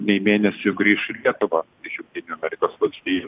nei mėnesiui grįš į lietuvą iš jungtinių amerikos valstijų